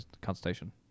consultation